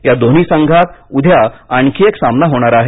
या दोन्ही संघात उद्या आणखी एक सामना होणार आहे